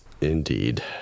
Indeed